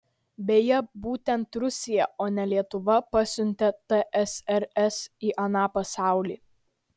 beje būtent rusija o ne lietuva pasiuntė tsrs į aną pasaulį